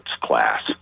class